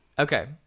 Okay